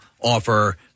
offer